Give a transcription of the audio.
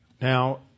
Now